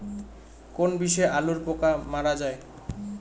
কোন বিষে আলুর পোকা মারা যায়?